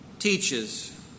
teaches